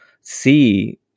see